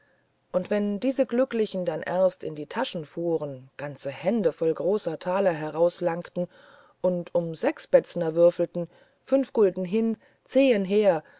und wenn diese glücklichen dann erst in die taschen fuhren ganze hände voll großer taler herauslangten und um sechsbätzner würfelten fünf gulden hin zehen her